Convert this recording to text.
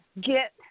get